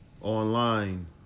online